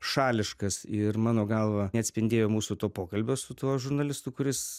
šališkas ir mano galva neatspindėjo mūsų to pokalbio su tuo žurnalistu kuris